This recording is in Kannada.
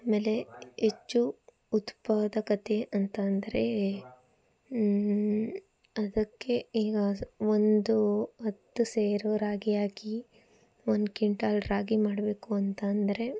ಆಮೇಲೆ ಹೆಚ್ಚು ಉತ್ಪಾದಕತೆ ಅಂತ ಅಂದರೆ ಅದಕ್ಕೆ ಈಗ ಒಂದು ಹತ್ತು ಸೇರು ರಾಗಿ ಹಾಕಿ ಒಂದು ಕ್ವಿಂಟಲ್ ರಾಗಿ ಮಾಡಬೇಕು ಅಂತ ಅಂದರೆ